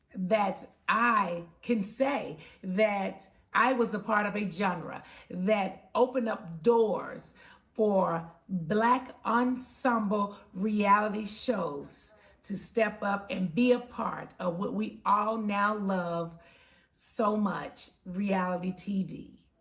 that i can say that i was a part of a genre that opened up doors for black ensemble reality shows to step up and be a part of what we all now love so much, reality tv.